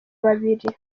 babiri